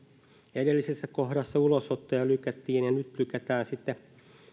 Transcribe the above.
edellisessä kohdassa ulosottoja lykättiin ja nyt lykätään sitten